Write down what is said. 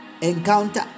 Encounter